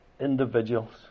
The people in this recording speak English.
individuals